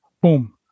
boom